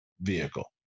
vehicle